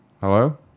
Hello